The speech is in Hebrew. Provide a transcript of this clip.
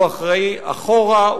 הוא אחראי אחורה,